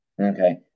Okay